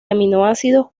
aminoácidos